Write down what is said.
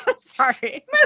sorry